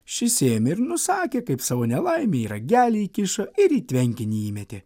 šis ėmė ir nusakė kaip savo nelaimę į ragelį įkišo ir į tvenkinį įmetė